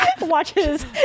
watches